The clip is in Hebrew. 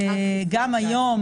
גם היום,